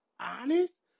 honest